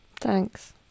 Thanks